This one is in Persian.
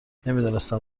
نمیدانستم